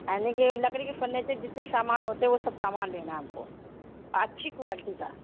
یعنی کہ لکڑی کے فرنیچر جتنے سامان ہوتے ہیں وہ سب سامان لینا ہے ہمپ کو اچھی کوالٹی کا